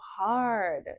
hard